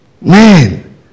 Man